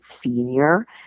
senior